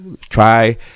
try